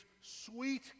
sweet